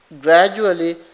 gradually